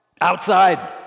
outside